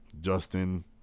Justin